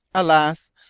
alas!